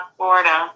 Florida